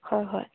হয় হয়